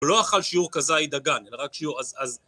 הוא לא אכל שיעור כזית דגן, אלא רק שיעור...